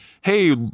hey